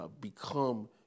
become